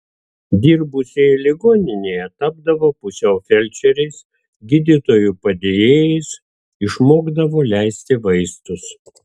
dirbusieji ligoninėje tapdavo pusiau felčeriais gydytojų padėjėjais išmokdavo leisti vaistus